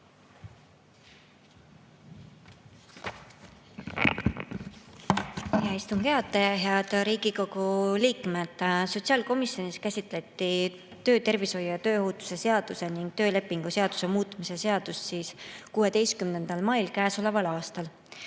Hea istungi juhataja! Head Riigikogu liikmed! Sotsiaalkomisjonis käsitleti töötervishoiu ja tööohutuse seaduse ning töölepingu seaduse muutmise seaduse [eelnõu] 16. mail käesoleval aastal.